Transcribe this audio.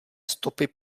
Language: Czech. stopy